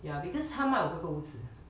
ya because 他卖我哥哥屋子